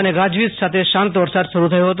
અને ગાજવીજ સાથે સાંત વરસાદ શરૂ થયો હતો